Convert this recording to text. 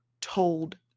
told